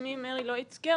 שיוריד אוקטבה,